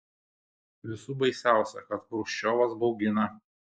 visų baisiausia kad chruščiovas baugina